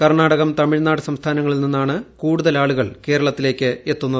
കർണാടകം തമിഴ്നാട് സംസ്ഥാനങ്ങളിൽ നിന്നാണ് കൂടുതൽ ആളുകൾ കേരളത്തിലേക്ക് എത്തുന്നത്